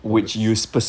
powers